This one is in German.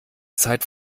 zeit